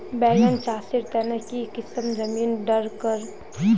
बैगन चासेर तने की किसम जमीन डरकर?